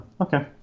Okay